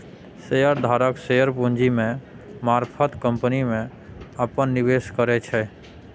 share धारक share पूंजी के मारफत कंपनी में अप्पन निवेश करै छै